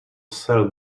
sell